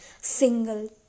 Single